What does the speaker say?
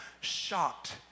shocked